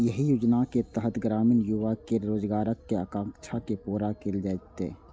एहि योजनाक तहत ग्रामीण युवा केर रोजगारक आकांक्षा के पूरा कैल जेतै